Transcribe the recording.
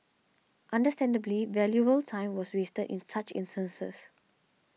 understandably valuable time was wasted in such instances